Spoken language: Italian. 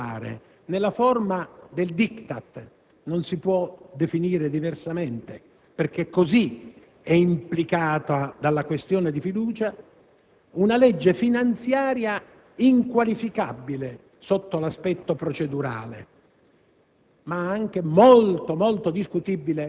Orbene, il Governo si è prestato a portare, nella forma del *diktat* - non si può definire diversamente - implicato dalla questione di fiducia, un disegno di legge finanziaria inqualificabile sotto l'aspetto procedurale,